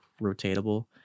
rotatable